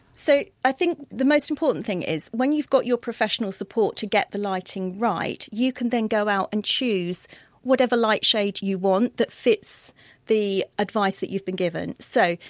so, i think the most important thing is when you've got your professional support to get the lighting right you can then go out and choose whatever light shade you want that fits the advice that you've been given. so,